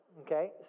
okay